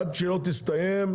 עד שלא תסתיים,